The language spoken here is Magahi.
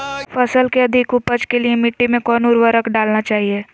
फसल के अधिक उपज के लिए मिट्टी मे कौन उर्वरक डलना चाइए?